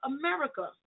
America